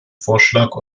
vorschlag